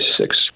six